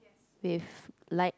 with light